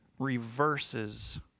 reverses